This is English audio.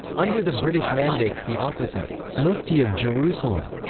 under the british mandate, the office of mufti of jerusalem,